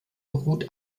beruht